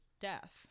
death